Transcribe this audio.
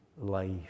life